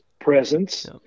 Presence